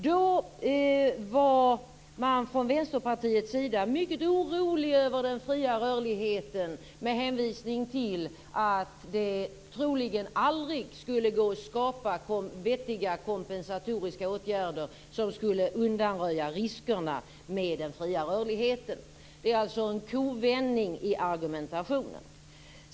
Då var man från Vänsterpartiets sida mycket orolig över den fria rörligheten med hänvisning till att det troligen aldrig skulle gå att skapa vettiga kompensatoriska åtgärder som skulle undanröja riskerna med den fria rörligheten. Det är alltså en kovändning i argumentationen.